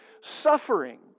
suffering